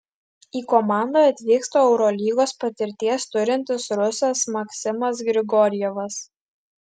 į komandą atvyksta eurolygos patirties turintis rusas maksimas grigorjevas